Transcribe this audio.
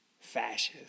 Fascist